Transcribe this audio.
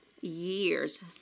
years